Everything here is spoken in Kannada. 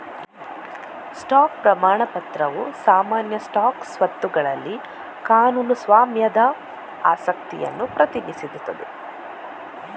ಸ್ಟಾಕ್ ಪ್ರಮಾಣ ಪತ್ರವು ಸಾಮಾನ್ಯ ಸ್ಟಾಕ್ ಸ್ವತ್ತುಗಳಲ್ಲಿ ಕಾನೂನು ಸ್ವಾಮ್ಯದ ಆಸಕ್ತಿಯನ್ನು ಪ್ರತಿನಿಧಿಸುತ್ತದೆ